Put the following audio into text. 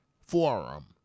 forum